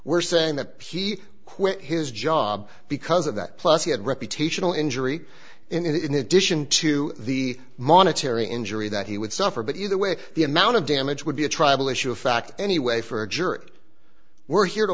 we're saying that he quit his job because of that plus he had reputational injury in addition to the monetary injury that he would suffer but either way the amount of damage would be a tribal issue a fact anyway for a jury we're here